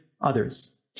others